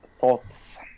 thoughts